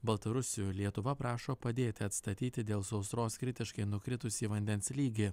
baltarusių lietuva prašo padėti atstatyti dėl sausros kritiškai nukritusį vandens lygį